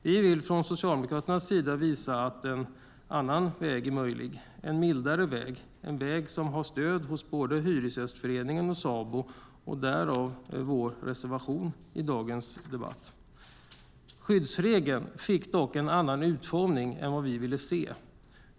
Vi vill från Socialdemokraternas sida visa att en annan, mildare väg är möjlig - en väg som har stöd hos både Hyresgästföreningen och Sabo. Därför har vi en reservation i dagens debatt. Skyddsregeln fick dock en annan utformning än den vi ville se.